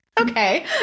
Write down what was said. Okay